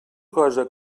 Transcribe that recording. cosa